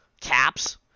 caps